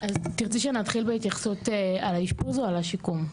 תרצי שנתחיל בהתייחסות על האשפוז או על השיקום?